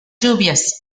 lluvias